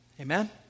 Amen